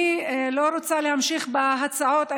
אני לא רוצה להמשיך בהצעות.